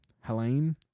Helene